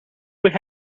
would